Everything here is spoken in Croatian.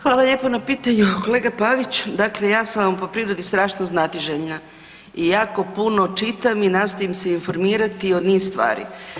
Hvala lijepo na pitanju, kolega Pavić dakle ja sam vam po prirodi strašno znatiželjna i jako puno čitam i nastojim se informirati o niz stvari.